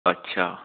अच्छा